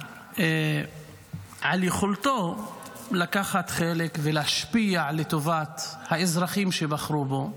על יכולתו לקחת חלק ולהשפיע לטובת האזרחים שבחרו בו,